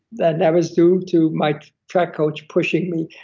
that that was due to my track coach pushing me,